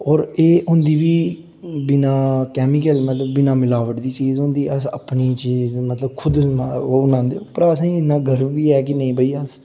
होर एह् होंदी बी बिना केमिकल मतलब बिना मिलावट दी चीज़ होंदी अस अपनी चीज़ मतलब खुद ओह् बनांदे उप्पर असें ई इ'न्ना गर्व बी ऐ कि नेईं अस